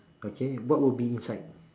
okay what will be inside